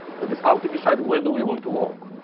we have the power to decide where do we want to work,